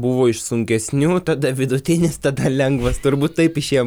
buvo iš sunkesnių tada vidutinis tada lengvas turbūt taip išėjo